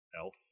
elf